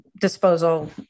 disposal